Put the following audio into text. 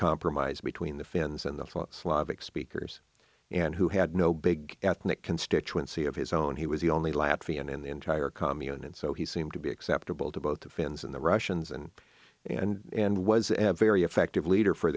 compromise between the finns and the front slavic speakers and who had no big ethnic constituency of his own he was the only latvian in the entire commune and so he seemed to be acceptable to both the finns and the russians and and was a very effective leader for